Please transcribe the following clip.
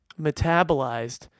metabolized